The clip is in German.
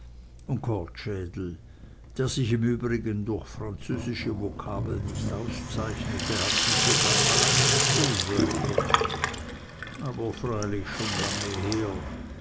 der sich im übrigen durch französische vokabeln nicht auszeichnete hat mich sogar einmal einen causeur genannt aber freilich schon lange her